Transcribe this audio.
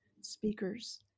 speakers